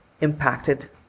impacted